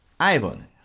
Ivan